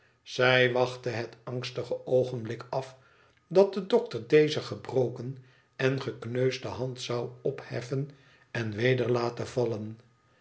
zij wachtte het angstige oogenblik af dat de dokter deze gebroken en gekneusde hand zou opheffen en weder laten vallen